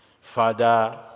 Father